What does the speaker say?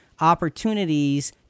opportunities